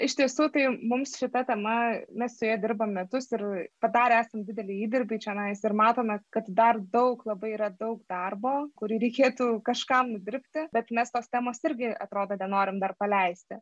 iš tiesų tai mums šita tema mes joje dirbam metus ir padarę esam didelį įdirbį čionais ir matome kad dar daug labai yra daug darbo kurį reikėtų kažkam dirbti bet mes tos temos irgi atrodo nenorim dar paleisti